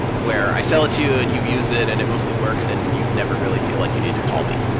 where i sell it to you and you use it and it mostly works and you'd never really feel like you need to call me.